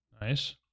nice